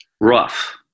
rough